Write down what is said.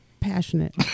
Passionate